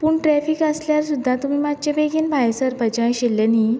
पूण ट्रॅफीक आसल्या सुद्दां तुमी मातशें बेगीन भायर सरपाचें आशिल्लें न्ही